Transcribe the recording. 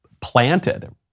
planted